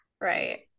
Right